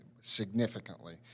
significantly